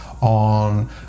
on